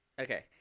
Okay